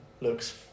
looks